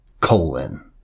colon